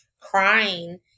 crying